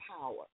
power